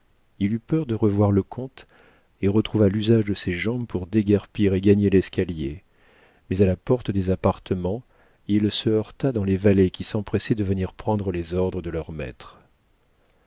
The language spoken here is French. il eut peur de revoir le comte et retrouva l'usage de ses jambes pour déguerpir et gagner l'escalier mais à la porte des appartements il se heurta dans les valets qui s'empressaient de venir prendre les ordres de leur maître